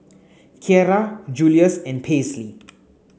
Kierra Julius and Paisley